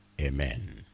Amen